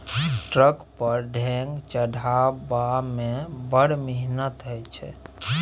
truck पर ढेंग चढ़ेबामे बड़ मिहनत छै